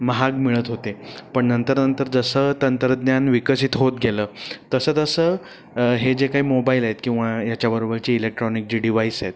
महाग मिळत होते पण नंतर नंतर जसं तंत्रज्ञान विकसित होत गेलं तसं तसं हे जे काही मोबाईल आहेत किंवा याच्याबरोबरचे इलेक्ट्रॉनिक जी डिवाइस आहेत